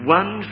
one